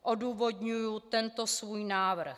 Odůvodňuji tento svůj návrh.